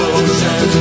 ocean